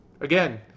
again